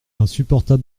insupportable